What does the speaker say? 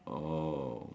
oh